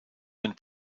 and